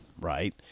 right